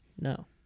no